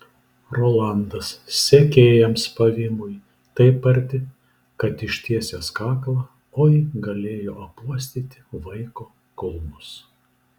rolandas sekėjams pavymui taip arti kad ištiesęs kaklą oi galėjo apuostyti vaiko kulnus